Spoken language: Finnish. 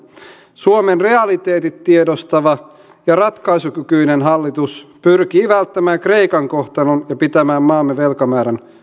suomen realiteetit tiedostava ja ratkaisukykyinen hallitus pyrkii välttämään kreikan kohtalon ja pitämään maamme velkamäärän